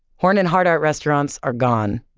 horn and hardart restaurants are gone,